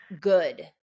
good